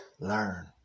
Learn